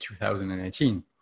2018